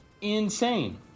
insane